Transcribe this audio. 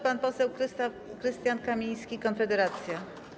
Pan poseł Krystian Kamiński, Konfederacja.